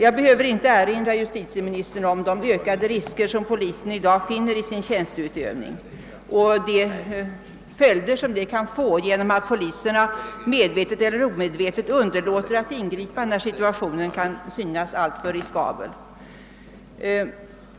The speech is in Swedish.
Jag behöver inte erinra justitieministern om de ökade risker som polisen i dag möter i sin tjänsteutövning och de följder detta kan få genom att poliserna medvetet eller omedvetet underlåter att ingripa när situationen synes alltför riskabel.